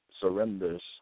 surrenders